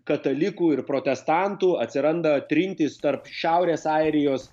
katalikų ir protestantų atsiranda trintys tarp šiaurės airijos